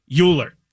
Euler